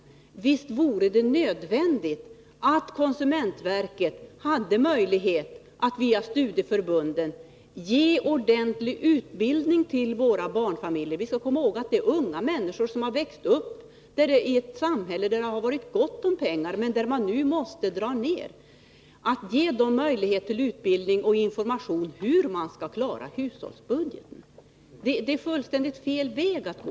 Nog är det i ett sådant läge nödvändigt att konsumentverket får möjlighet att via studieförbunden ge våra barnfamiljer ordentlig utbildning. Vi skall komma ihåg att det är unga människor som har växt upp i ett samhälle där det har varit gott om pengar, men där man nu måste dra ner. Därför måste vi ge dem möjligheter till utbildning och information om hur de skall klara hushållsbudgeten. Att skära ner på det här området är en fullkomligt felaktig väg att gå.